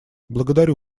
благодарю